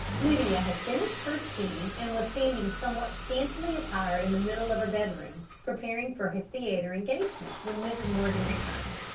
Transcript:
lydia had finished her tea and was standing somewhat scantily attired in the middle of her bedroom, preparing for her theatre engagement, when mrs. morgan returned.